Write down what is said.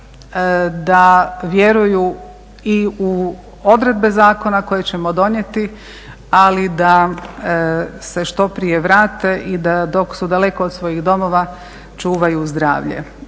da vjeruju i u odredbe zakona koje ćemo donijeti ali da se što prije vrate i da dok su daleko od svojih domova čuvaju zdravlje.